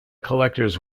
collectors